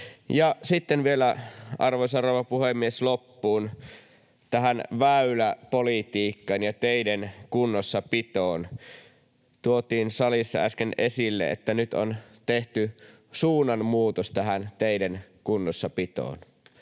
sitten vielä, arvoisa rouva puhemies, loppuun väyläpolitiikkaan ja teiden kunnossapitoon: Tuotiin salissa äsken esille, että nyt on tehty suunnanmuutos tähän teiden kunnossapitoon.